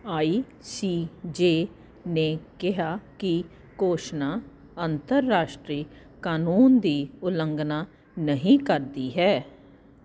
ਆਈ C J ਨੇ ਕਿਹਾ ਕਿ ਘੋਸ਼ਣਾ ਅੰਤਰਰਾਸ਼ਟਰੀ ਕਾਨੂੰਨ ਦੀ ਉਲੰਘਣਾ ਨਹੀਂ ਕਰਦੀ ਹੈ